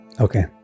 Okay